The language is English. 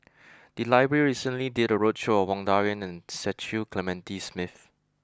the library recently did a roadshow on Wang Dayuan and Cecil Clementi Smith